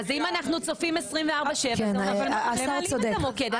אז אם אנחנו צופים 24/7 אז אנחנו מנהלים את המוקד.